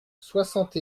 soixante